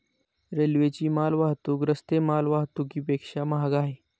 रेल्वेची माल वाहतूक रस्ते माल वाहतुकीपेक्षा महाग आहे